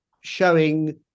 showing